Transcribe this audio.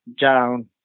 down